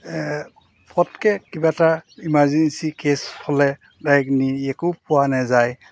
পটকৈ কিবা এটা ইমাৰ্জেঞ্চি কেছ হ'লে ডাইক নি একো পোৱা নাযায়